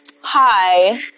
Hi